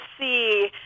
see